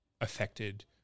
affected